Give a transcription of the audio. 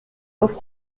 offre